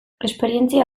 esperientzia